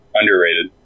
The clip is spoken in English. underrated